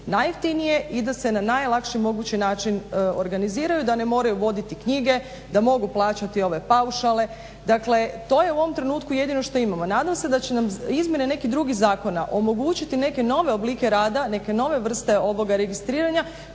i da se najlakši mogući način organiziraju, da ne moraju voditi knjige, da mogu plaćati ove paušale, dakle to je u ovom trenutku jedino što imamo. Nadam se da će nam izmjene nekih drugih zakona omogućiti neke nove oblike rada, neke nove vrste ovoga registriranja